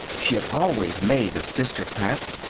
she had always made her sisters' hats,